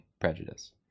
prejudice